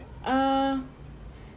err